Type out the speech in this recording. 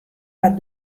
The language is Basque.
bat